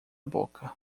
boca